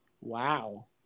Wow